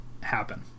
happen